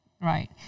right